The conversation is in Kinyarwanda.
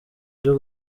byo